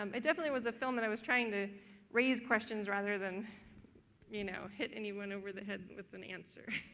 um it definitely was the film that i was trying to raise questions rather than you know, hit anyone over the head with an answer.